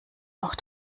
auch